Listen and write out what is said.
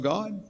God